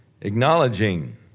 acknowledging